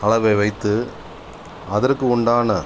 அளவை வைத்து அதற்கு உண்டான